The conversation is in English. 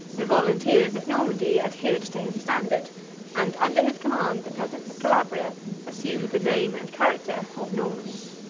the volunteers of normandy adhered to his standard and, under his command, the peasants of calabria assumed the name and character of normans.